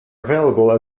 available